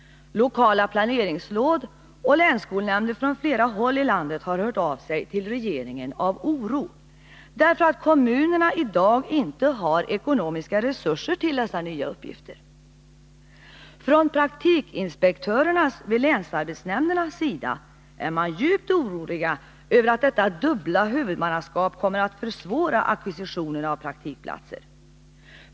Lokala planeringsråd och länsskolnämnder på flera håll i landet har hört av sig till regeringen med oro, därför att kommunerna i dag inte har ekonomiska resurser till dessa nya uppgifter. Praktikinspektörerna vid länsarbetsnämnderna är djupt oroliga för att det dubbla huvudmannaskapet kommer att försvåra ackvisitionen av praktikplatser.